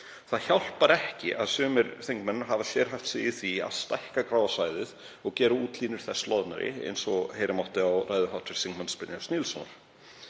Það hjálpar ekki að sumir þingmenn hafa sérhæft sig í því að stækka gráa svæðið og gera útlínur þess loðnari, eins og heyra mátti á ræðu hv. þm. Brynjars Níelssonar.